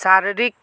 शारीरिक